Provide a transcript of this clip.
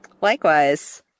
Likewise